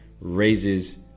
Raises